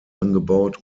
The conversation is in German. angebaut